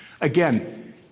Again